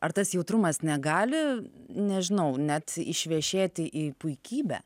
ar tas jautrumas negali nežinau net išvešėti į puikybę